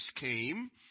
came